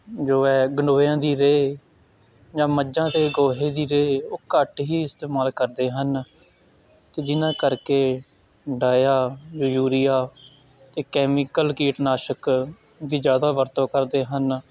ਜੋ ਹੈ ਗੰਡੋਇਆ ਦੀ ਰੇਹ ਜਾਂ ਮੱਝਾਂ ਦੇ ਗੋਹੇ ਦੀ ਰੇਹ ਉਹ ਘੱਟ ਹੀ ਇਸਤੇਮਾਲ ਕਰਦੇ ਹਨ ਅਤੇ ਜਿਹਨਾਂ ਕਰਕੇ ਡਾਇਆ ਯੂਰੀਆ ਅਤੇ ਕੈਮੀਕਲ ਕੀਟਨਾਸ਼ਕ ਦੀ ਜ਼ਿਆਦਾ ਵਰਤੋਂ ਕਰਦੇ ਹਨ